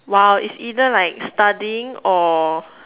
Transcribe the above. !wow! it's either like studying or